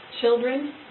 children